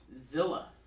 Zilla